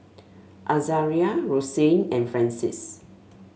Azaria Rosanne and Francis